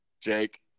Jake